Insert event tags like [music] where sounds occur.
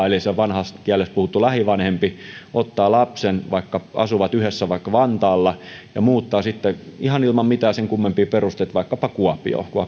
[unintelligible] eli vanhassa kielessä puhuttu lähivanhempi kysymättä toiselta vanhemmalta lupaa ottaa lapsen vaikka asuvat yhdessä vantaalla ja muuttaa sitten ihan ilman mitään sen kummempia perusteita vaikkapa kuopioon muuttaa sinne vaikka ei olisi edes mitään työpaikkaa kuopiossa kuopio voi